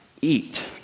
eat